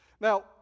Now